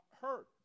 hurt